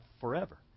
forever